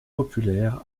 populaires